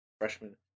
freshman